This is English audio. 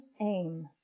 aim